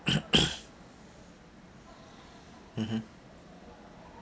mmhmm